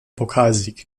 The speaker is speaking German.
pokalsieg